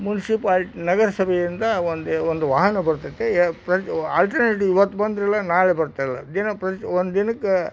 municipal ನಗರಸಭೆಯಿಂದ ಒಂದೇ ಒಂದು ವಾಹನ ಬರುತೈತೆ ಪ್ರ ಆಲ್ಟರ್ನೇಟಿವ್ ಇವತ್ತು ಬಂದರಿಲ್ಲ ನಾಳೆ ಬರ್ತಾ ಇಲ್ಲ ದಿನಪ್ರತಿ ಒಂದಿನಕ್ಕೆ